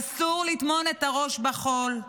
אסור לטמון את הראש בחול,